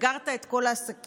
סגרת את כל העסקים,